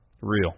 Real